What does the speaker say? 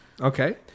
Okay